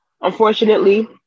Unfortunately